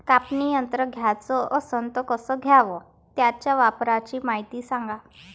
कापनी यंत्र घ्याचं असन त कस घ्याव? त्याच्या वापराची मायती सांगा